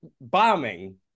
bombing